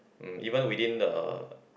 mm even within the